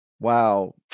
wow